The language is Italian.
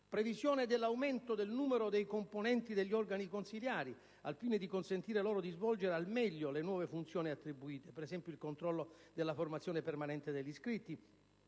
previsione dell'aumento del numero dei componenti degli organi consiliari, al fine di consentire loro di svolgere al meglio le nuove funzioni attribuite (ad esempio, il controllo della formazione permanente degli iscritti,